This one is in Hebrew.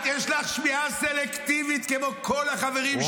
יש לך שמיעה סלקטיבית כמו כל החברים שלך.